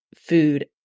food